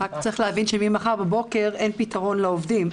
רק צריך להבין, שממחר בבוקר אין פתרון לעובדים.